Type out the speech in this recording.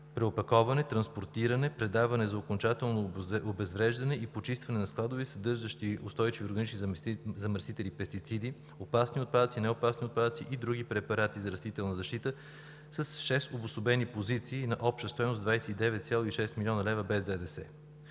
„Преопаковане, транспортиране, предаване за окончателно обезвреждане и почистване на складове, съдържащи устойчиви органични замърсители и пестициди, опасни отпадъци, неопасни отпадъци и други препарати за растителна защита с шест обособени позиции на обща стойност 29,6 млн. лв. без ДДС“.